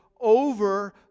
over